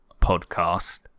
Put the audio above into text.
podcast